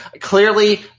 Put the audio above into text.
clearly